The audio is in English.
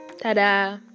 ta-da